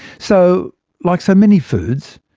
so like so many foods,